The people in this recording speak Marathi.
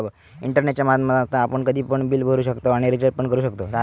इंटरनेटच्या माध्यमातना आपण कधी पण बिल भरू शकताव आणि रिचार्ज पण करू शकताव